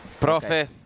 Profe